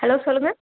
hello சொல்லுங்க